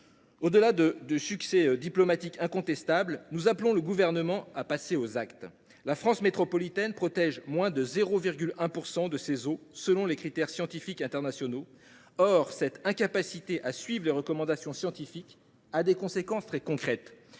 au delà du succès diplomatique incontestable, nous appelons le Gouvernement à passer aux actes. La France métropolitaine protège moins de 0,1 % de ses eaux, selon les critères scientifiques internationaux. Or cette incapacité à suivre les recommandations scientifiques a des conséquences très concrètes.